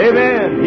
Amen